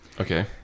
Okay